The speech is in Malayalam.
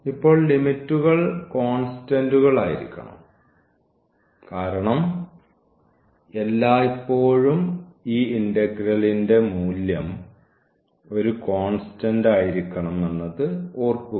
ഇപ്പോൾ ലിമിറ്റുകൾ കോൺസ്റ്റന്റുകൾ ആയിരിക്കണം കാരണം എല്ലായ്പ്പോഴും ഈ ഇന്റഗ്രലിന്റെ മൂല്യം ഒരു കോൺസ്റ്റന്റ് ആയിരിക്കണം എന്നത് ഓർക്കുക